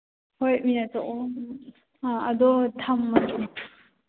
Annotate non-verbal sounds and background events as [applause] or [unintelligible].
ꯍꯣꯏ [unintelligible] ꯑꯣ ꯑꯥ ꯑꯗꯣ ꯊꯝꯃꯒꯦ